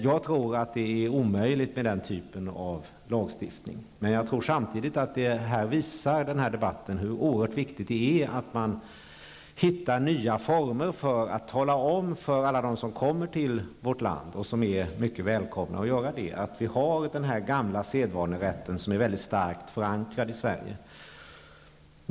Jag tror att det är omöjligt med den typen av lagstiftning, men jag tror samtidigt att den här debatten visar hur oerhört viktigt det är att hitta nya former för att tala om för alla dem som kommer till vårt land -- och som är mycket välkomna att göra det -- att vi har denna gamla sedvanerätt som är väldigt starkt förankrad i Sverige.